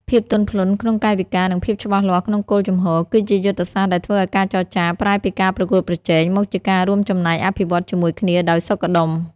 ភាពទន់ភ្លន់ក្នុងកាយវិការ និងភាពច្បាស់លាស់ក្នុងគោលជំហរ គឺជាយុទ្ធសាស្ត្រដែលធ្វើឱ្យការចរចាប្រែពីការប្រកួតប្រជែង មកជាការរួមចំណែកអភិវឌ្ឍជាមួយគ្នាដោយសុខដុម។